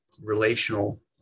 relational